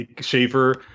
shaver